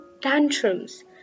tantrums